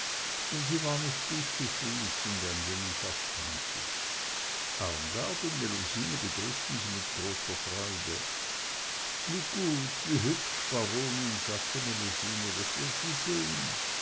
denn sie war nicht gut zu fuß und ein wenig asthmatisch armgard und melusine begrüßten sie mit großer freude wie gut wie hübsch baronin sagte melusine daß wir sie sehn